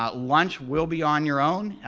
ah lunch will be on your own.